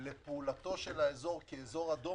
לפעולת האזור כאזור אדום,